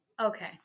Okay